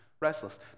restless